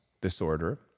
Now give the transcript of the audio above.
disorder